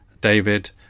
David